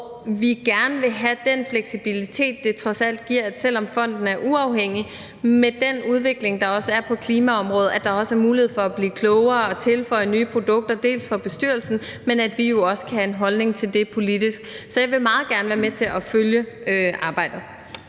vi gerne vil have den fleksibilitet, som det trods alt giver, at der, selv om fonden er uafhængig, så med den udvikling, der også er på klimaområdet, er mulighed for at blive klogere og tilføje nye produkter, dels for bestyrelsen, dels i forhold til at vi jo også kan have en holdning til det politisk. Så jeg vil meget gerne være med til at følge arbejdet.